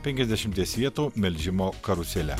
penkiasdešimties vietų melžimo karusele